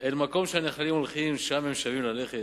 אל מקום שהנחלים הלכים שם הם שבים ללכת,